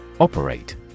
Operate